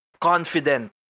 confident